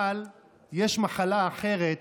אבל יש מחלה אחרת,